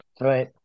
right